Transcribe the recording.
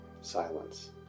Silence